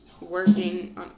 working